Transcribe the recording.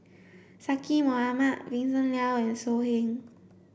Zaqy Mohamad Vincent Leow and So Heng